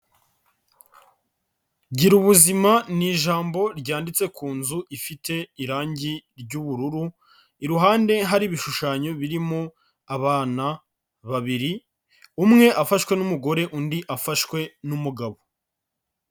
Girabuzima ni ijambo ryanditse ku nzu ifite irangi ry'ubururu, iruhande hari ibishushanyo birimo abana babiri, umwe afashwe n'umugore undi afashwe n'umugabo.